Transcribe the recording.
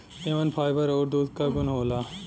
एमन फाइबर आउर दूध क गुन होला